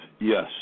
yes